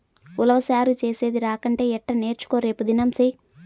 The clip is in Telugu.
ఉలవచారు చేసేది రాకంటే ఎట్టా నేర్చుకో రేపుదినం సెయ్యి